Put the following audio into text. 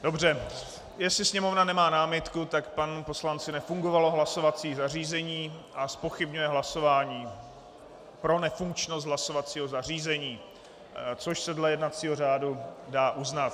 Dobře, jestli Sněmovna nemá námitku, tak panu poslanci nefungovalo hlasovací zařízení a zpochybňuje hlasování pro nefunkčnost hlasovacího zařízení, což se dle jednacího řádu dá uznat.